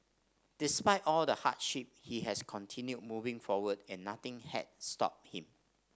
despite all the hardship he has continued moving forward and nothing has stopped him